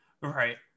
right